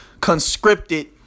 conscripted